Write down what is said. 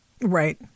Right